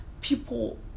people